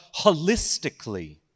holistically